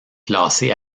classé